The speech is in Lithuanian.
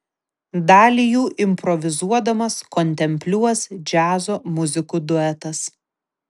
dalį jų improvizuodamas kontempliuos džiazo muzikų duetas